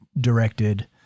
directed